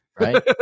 Right